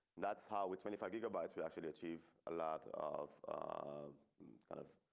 that's how we twenty five gigabytes will actually achieve a lot of of kind of.